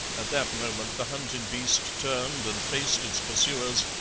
at that moment the hunted beast turned and faced its pursuers,